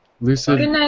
Lucid